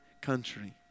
country